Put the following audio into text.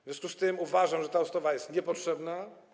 W związku z tym uważam, że ta ustawa jest niepotrzebna.